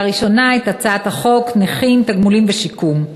ראשונה את הצעת חוק הנכים (תגמולים ושיקום)